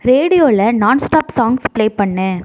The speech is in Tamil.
ரேடியோவில் நான்ஸ்டாப் சாங்ஸ் ப்ளே பண்ணு